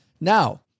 Now